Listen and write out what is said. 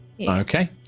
okay